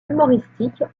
humoristiques